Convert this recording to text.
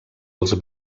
els